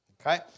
Okay